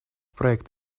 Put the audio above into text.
проект